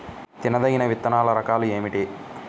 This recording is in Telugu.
తినదగిన విత్తనాల రకాలు ఏమిటి?